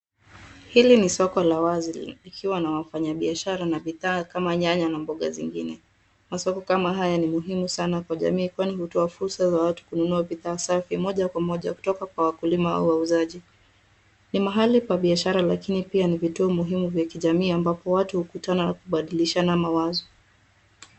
Hili ni soko la wazi likiwa na wafanyabiashara na bidhaa kama nyanya na mboga zingine. Masoko kama haya ni muhimu sana kwa jamii kwani hutoa fursa za watu kununua bidhaa safi, moja kwa moja kutoka kwa wakulima au wauzaji. Ni mahali pa biashara lakini pia ni vituo muhimu vya kijamii ambapo watu hukutana kubadilishana mawazo.